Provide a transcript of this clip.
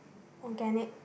organic